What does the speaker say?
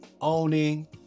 owning